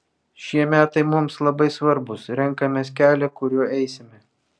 šie metai mums labai svarbūs renkamės kelią kuriuo eisime